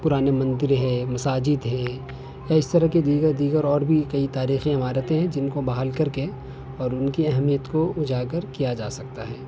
پرانے مندر ہے مساجد ہے یا اس طرح کی دیگر دیگر اور بھی کئی تاریخی عمارتیں ہیں جن کو بحال کر کے اور ان کی اہمیت کو اجاگر کیا جا سکتا ہے